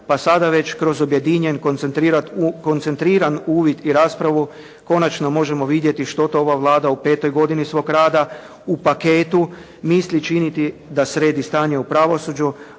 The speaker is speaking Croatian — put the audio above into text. pa sada već kroz objedinjen koncentriran uvid i raspravu konačno možemo vidjeti što to ova Vlada u 5-toj godini svoga rada u paketu misli činiti da sredi stanje u pravosuđu,